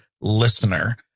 listener